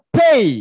pay